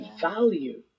value